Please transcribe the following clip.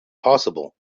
possible